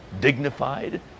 dignified